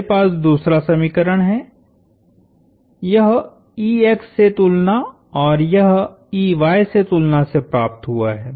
मेरे पास दूसरा समीकरण है यहसे तुलना और यहसे तुलना से प्राप्त हुआ है